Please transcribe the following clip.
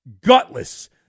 gutless